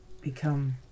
become